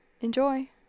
enjoy